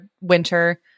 winter